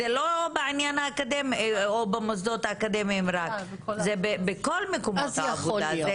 זה לא רק במוסדות האקדמיים, זה בכל מקומות העבודה.